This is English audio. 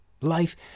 Life